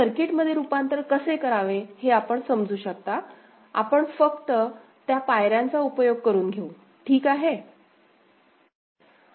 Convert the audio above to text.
तर सर्किटमध्ये रूपांतर कसे करावे हे आपण समजू शकता आपण फक्त त्या पायऱ्यांचा उपयोग करून घेऊ ठीक आहे